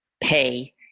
pay